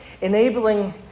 enabling